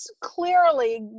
clearly